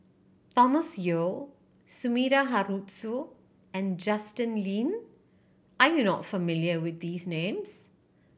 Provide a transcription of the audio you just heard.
Thomas Yeo Sumida Haruzo and Justin Lean are you not familiar with these names